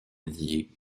liés